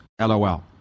LOL